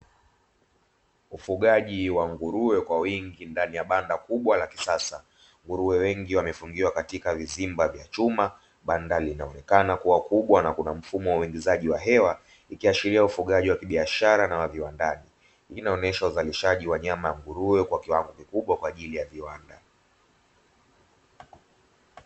Ufugaji wa nguruwe wengi kwa wingi ndani ya banda kubwwa la kisasa, nguruwe wengi wamefungiwa katika vizimba vya chuma, band a linaonekana kuwa kubwa na kuna mfumo wa uingizaji wa hewa, ikiashiria ufugaji wa kibiashara na wa viwandani. Hii inaonesha uzalishaji wa nguruwe kwa kiwango kikubwa kwa ajili ya viwanda.